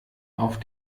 auf